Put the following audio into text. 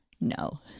No